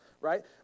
right